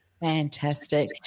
Fantastic